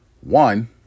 One